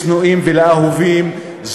לשנואים ולאהובים.